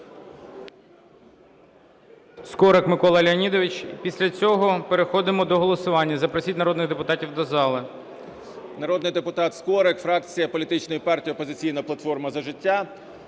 Народний депутат Скорик, фракція політичної партії "Опозиційна платформа – За життя".